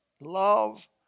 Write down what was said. love